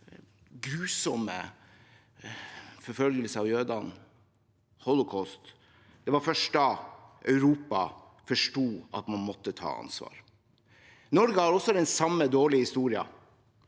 grusomme forfølgelse av jødene, holocaust, Europa forsto at man måtte ta ansvar. Norge har også den samme dårlige historien,